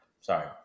Sorry